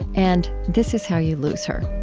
and this is how you lose her